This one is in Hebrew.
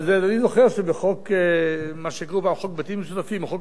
אדוני זוכר שבמה שקראו לו פעם חוק בתים משותפים או בחוק